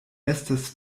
estas